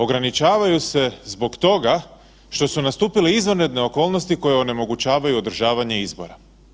Ograničavaju se zbog toga što su nastupile izvanredne okolnosti koje onemogućavaju održavanje izbora.